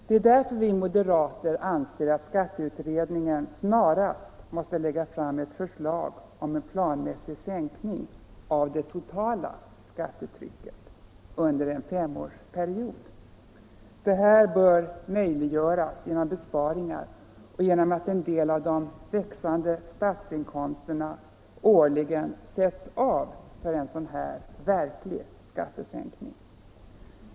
Det är därför vi moderater anser att skatteutredningen snarast måste lägga fram förslag om en planmässig sänkning av det totala skattetrycket under en femårsperiod. Det bör möjliggöras genom besparingar och genom att en del av de växande statsinkomsterna årligen sätts av för en verklig skattesänkning.